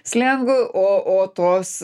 slengu o o tos